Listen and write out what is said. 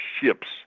ships